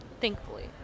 thankfully